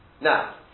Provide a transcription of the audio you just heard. Now